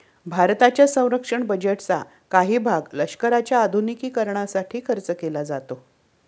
भारताच्या संरक्षण बजेटचा काही भाग लष्कराच्या आधुनिकीकरणासाठी खर्च केला जातो